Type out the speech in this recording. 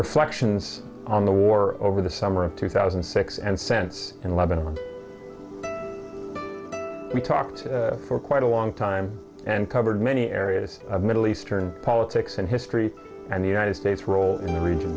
reflections on the war over the summer of two thousand and six and sent in lebanon we talked for quite a long time and covered many areas of middle eastern politics and history and the united states role in the region